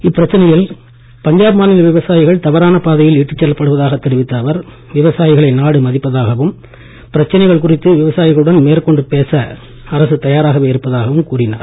இப்பிரச்சனையில் பஞ்சாப் மாநில விவசாயிகள் தவறான பாதையில் இட்டுச்செல்லப் படுவதாகத் தெரிவித்த அவர் விவசாயிகளை நாடு மதிப்பதாகவும் பிரச்சனைகள் குறித்து விவசாயிகளுடன் மேற்கொண்டு பேச அரசு தயாராகவே இருப்பதாகவும் கூறினார்